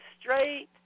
straight